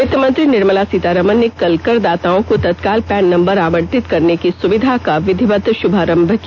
वित्तमंत्री निर्मला सीतारामन ने कल कर दाताओं को तत्काल पैन नम्बर आवंटित करने की सुविधा का विधिवत श्भारंभ किया